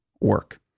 work